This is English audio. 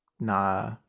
Nah